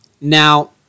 Now